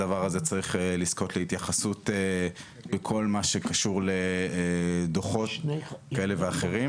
הדבר הזה צריך לזכות להתייחסות בכל מה שקשור לדוחות כאלה ואחרים.